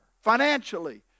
Financially